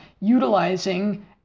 utilizing